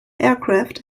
aircraft